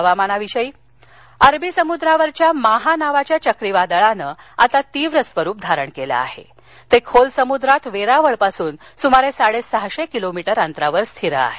हवामान् अरबी समुद्रावरच्या माहा नावाच्या चक्रीवादळानं आता तीव्र स्वरूप धारण केलं असुन ते खोल समुद्रात वेरावळ पासून सुमारे साडे सहाशे किलोमीटर अंतरावर स्थीर आहे